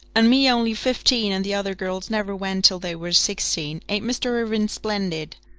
and me only fifteen, and the other girls never went till they were sixteen. ain't mr. irving splendid?